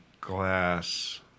glass